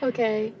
Okay